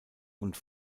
und